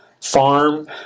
Farm